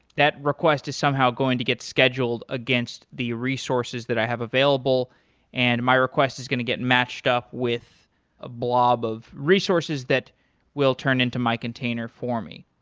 that request is somehow going to get scheduled against the resources that i have available and my request is going to get matched up with a blob of resources that will turn into my container for me.